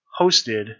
hosted